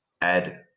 Add